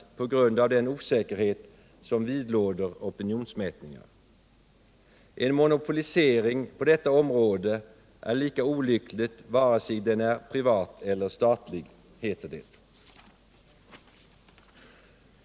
En monopolisering på detta område är lika olycklig vare sig den är privat eller statlig, heter det.